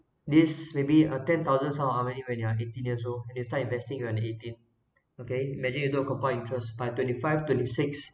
this may be a ten thousand sum of how many when you're eighteen years old and you start investing your at eighteen okay imagine you know compound interest by twenty five twenty six